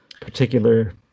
particular